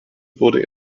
wurde